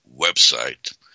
website